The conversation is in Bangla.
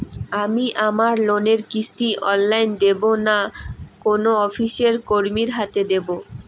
আমি আমার লোনের কিস্তি অনলাইন দেবো না কোনো অফিসের কর্মীর হাতে দেবো?